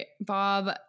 Bob